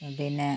ഉം പിന്നെ